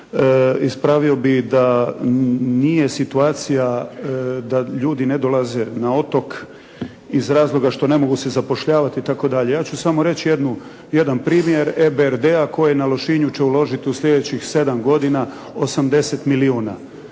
ispravio bih da nije situacija da ljudi ne dolaze na otok iz razloga što ne mogu se zapošljavati i tako dalje. Ja ću samo reći jedan primjer RBD-a koji na Lošinju će uložiti u sljedećih 7 godina 80 milijuna